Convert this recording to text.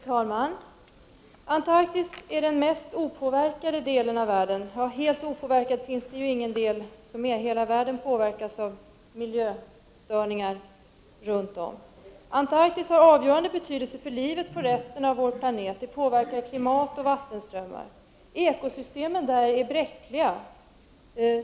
Fru talman! Antarktis är den mest opåverkade delen av världen. Det finns inte någon del som är opåverkad utan hela världen påverkas av miljöstörningar runt om. Antarktis har avgörande betydelse för livet på resten av vår planet och påverkar klimat och vattenströmmar. Ekosystemen där är bräckliga.